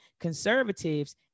conservatives